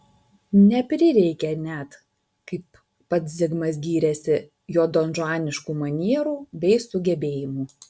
neprireikė net kaip pats zigmas gyrėsi jo donžuaniškų manierų bei sugebėjimų